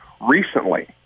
recently